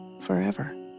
forever